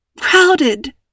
crowded